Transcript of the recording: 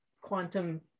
quantum